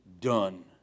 done